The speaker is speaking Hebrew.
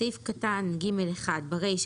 סעיף קטן (ג)(1) ברישה,